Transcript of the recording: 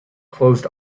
closed